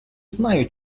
знаю